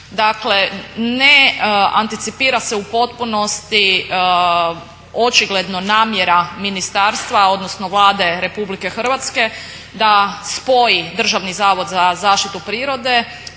Dakle, ne anticipira se u potpunosti očigledno namjera ministarstva odnosno Vlade RH da spoji Državni zavod za zaštitu prirode